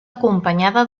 acompanyada